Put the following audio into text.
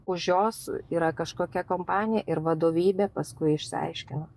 už jos yra kažkokia kompanija ir vadovybė paskui išsiaiškino